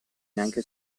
neanche